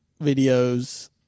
videos